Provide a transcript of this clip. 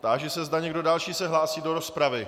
Táži se, zda někdo další se hlásí do rozpravy.